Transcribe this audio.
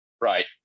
right